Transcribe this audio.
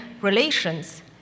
relations